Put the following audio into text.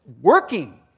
working